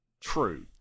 True